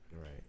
Right